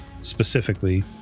specifically